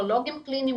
פסיכולוגים קליניים,